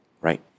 right